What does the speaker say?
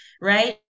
right